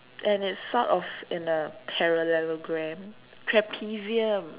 and it's sort of in a parallelogram trapezium